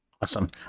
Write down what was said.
Awesome